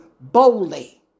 boldly